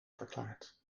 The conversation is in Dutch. verklaard